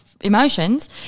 emotions